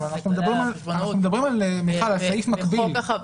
אנחנו מדברים על סעיף מקביל.